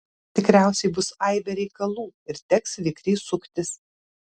tikriausiai bus aibė reikalų ir teks vikriai suktis